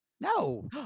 No